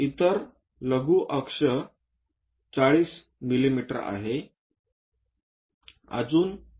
इतर लघु अक्ष 40 मिमी आहे